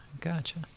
gotcha